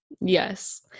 Yes